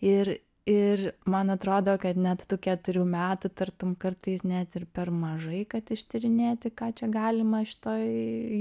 ir ir man atrodo kad net tų keturių metų tartum kartais net ir per mažai kad ištyrinėti ką čia galima toj